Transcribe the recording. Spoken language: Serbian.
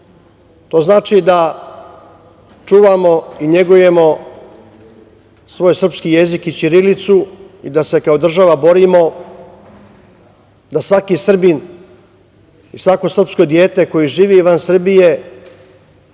To znači da čuvamo i negujemo svoj srpski jezik i ćirilicu i da se kao država borimo da svaki Srbin i svako srpsko dete koje živi van Srbije